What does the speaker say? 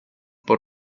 por